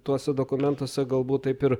tuose dokumentuose galbūt taip ir